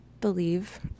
believe